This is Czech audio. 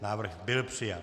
Návrh byl přijat.